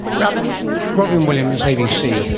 robyn robyn williams, abc,